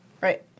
Right